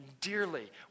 dearly